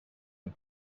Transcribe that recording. and